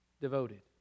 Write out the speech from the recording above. devoted